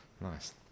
Nice